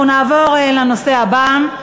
אנחנו נעבור לנושא הבא: